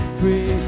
free